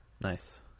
Nice